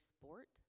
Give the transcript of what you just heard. sport